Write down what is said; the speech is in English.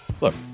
look